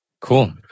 Cool